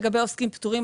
לגבי עוסקים פטורים,